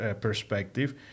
perspective